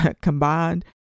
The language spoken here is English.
combined